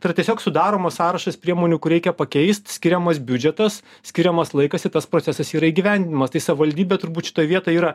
tai yra tiesiog sudaromas sąrašas priemonių kur reikia pakeist skiriamas biudžetas skiriamas laikas ir tas procesas yra įgyvendinamas tai savivaldybė turbūt šitoj vietoj yra